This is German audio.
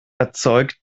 erzeugt